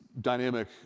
dynamic